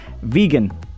vegan